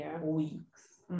weeks